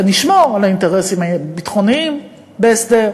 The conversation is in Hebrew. ונשמור על האינטרסים הביטחוניים בהסדר,